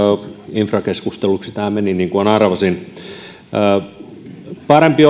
infrakeskusteluksi tämä meni niin kuin arvasin parempi